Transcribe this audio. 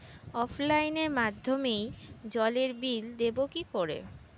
অফলাইনে মাধ্যমেই জলের বিল দেবো কি করে?